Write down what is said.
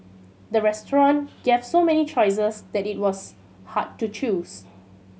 the restaurant gave so many choices that it was hard to choose